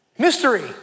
mystery